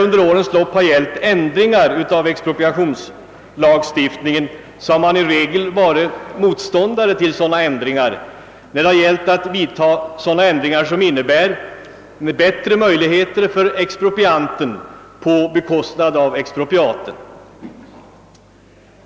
Högerns representanter har under årens lopp i regel varit motståndare till sådana ändringar av expropriationslagstiftningen som inneburit bättre möjligheter för exproprianten på bekostnad av expropriaten.